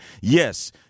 Yes